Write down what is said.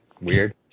weird